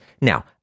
Now